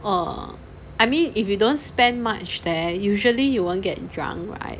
err I mean if you don't spend much there usually you won't get drunk right